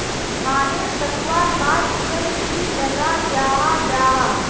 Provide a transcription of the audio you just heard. धानेर कटवार बाद तुरंत की लगा जाहा जाहा?